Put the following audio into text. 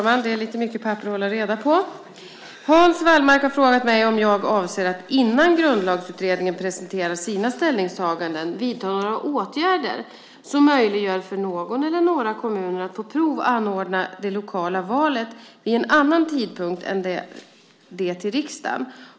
Herr talman! Hans Wallmark har frågat mig om jag avser att, innan Grundlagsutredningen presenterar sina ställningstaganden, vidta några åtgärder som möjliggör för någon eller några kommuner att på prov anordna det lokala valet vid en annan tidpunkt än det till riksdagen.